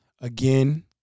Again